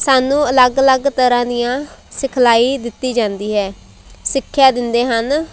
ਸਾਨੂੰ ਅਲੱਗ ਅਲੱਗ ਤਰ੍ਹਾਂ ਦੀਆਂ ਸਿਖਲਾਈ ਦਿੱਤੀ ਜਾਂਦੀ ਹੈ ਸਿੱਖਿਆ ਦਿੰਦੇ ਹਨ